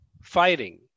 fighting